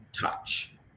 touch